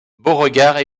beauregard